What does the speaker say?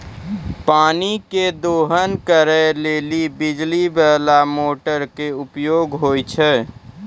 पानी केरो दोहन करै ल बिजली बाला मोटर क उपयोग होय छै